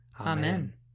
Amen